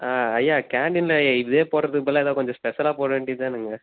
ஆ ஐயா கேன்டீனில் இதே போடுறதுக்கு பதிலாக எதாவது கொஞ்சம் ஸ்பெஷலாக போட வேண்டியதானுங்க